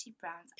browns